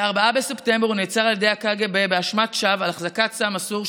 ב-4 בספטמבר הוא נעצר על ידי הקג"ב באשמת שווא על החזקת סם אסור,